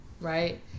right